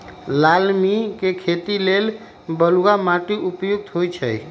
लालमि के खेती लेल बलुआ माटि उपयुक्त होइ छइ